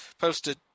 posted